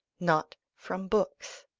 not from books